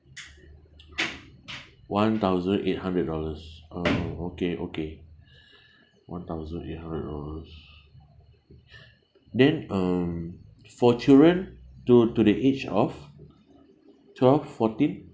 one thousand eight hundred dollars uh okay okay one thousand eight hundred dollars then um for children to to the age of twelve fourteen